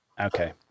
Okay